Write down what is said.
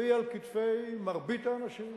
והיא על כתפי מרבית האנשים,